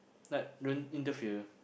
like don't interfere